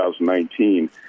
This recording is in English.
2019